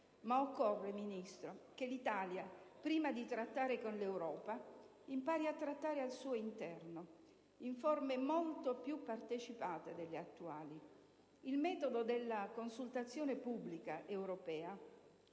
Ma occorre, signor Sottosegretario, che l'Italia, prima di trattare con l'Europa, impari a trattare al suo interno, in forme molto più partecipate delle attuali. Il metodo della consultazione pubblica europea